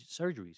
surgeries